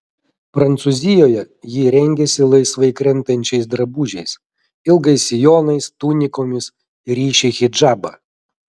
prancūzijoje ji rengiasi laisvai krentančiais drabužiais ilgais sijonais tunikomis ryši hidžabą